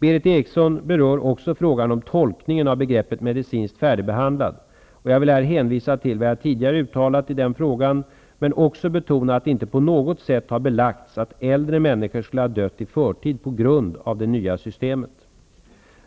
Berith Eriksson berör också frågan om tolkningen av begreppet medicinskt färdigbehandlad, och jag vill här hänvisa till vad jag tidigare uttalat i denna fråga men också betona att det inte på något sätt har belagst att äldre människor skulle ha dött i förtid på grund av det nya systemet.